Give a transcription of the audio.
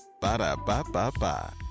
Ba-da-ba-ba-ba